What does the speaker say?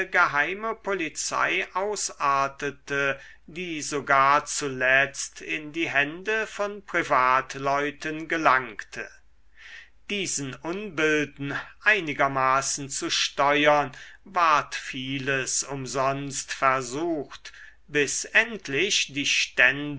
geheime polizei ausartete die sogar zuletzt in die hände von privatleuten gelangte diesen unbilden einigermaßen zu steuern ward vieles umsonst versucht bis endlich die stände